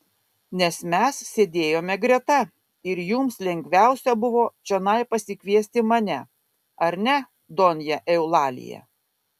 nes mes sėdėjome greta ir jums lengviausia buvo čionai pasikviesti mane ar ne donja eulalija